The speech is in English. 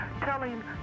telling